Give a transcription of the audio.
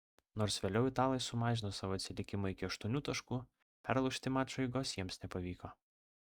nors vėliau italai sumažino savo atsilikimą iki aštuonių taškų perlaužti mačo eigos jiems nepavyko